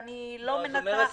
אני אומרת